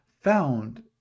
found